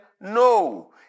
No